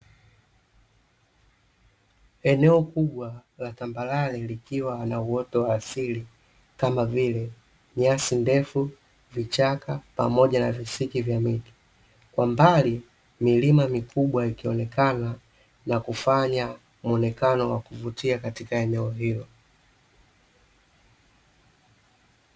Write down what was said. Eneo kubwa la tambarare likiwa na uoto wa asili kama vile: nyasi ndefu, vichaka pamoja na visiki na miti. Kwa mbali milima mikubwa ikionekana na kufanya muonekano wa kuvutia katika eneo hilo.